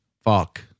fuck